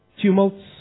tumults